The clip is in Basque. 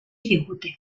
digute